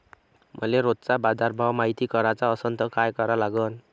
मले रोजचा बाजारभव मायती कराचा असन त काय करा लागन?